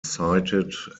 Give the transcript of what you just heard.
cited